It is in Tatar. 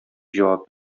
җавап